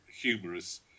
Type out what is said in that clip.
humorous